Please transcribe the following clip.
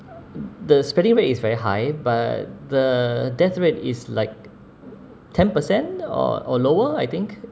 the spreading rate is very high but the death rate is like ten percent or or lower I think